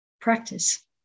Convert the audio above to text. practice